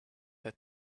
had